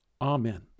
Amen